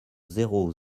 zéro